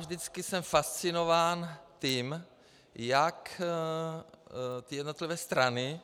Vždycky jsem fascinován tím, jak ty jednotlivé strany